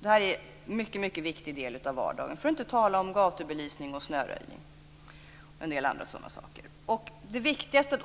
Det här en mycket viktig del av vardagen, för att inte tala om gatubelysning och snöröjning och en del sådana saker.